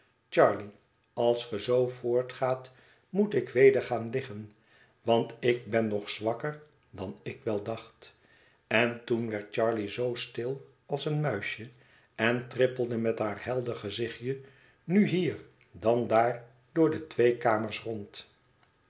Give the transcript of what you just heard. charley als ge zoo voortgaat moet ik weder gaan liggen want ik hen nog zwakker dan ik wel dacht en toen werd charley zoo stil als een muisje en trippelde met haar helder gezichtje nu hier dan daar door de twee kamers rond